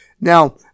Now